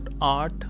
art